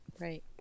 right